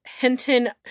Hinton